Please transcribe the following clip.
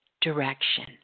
direction